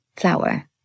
flower